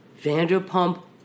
Vanderpump